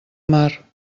mar